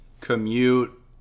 Commute